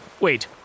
Wait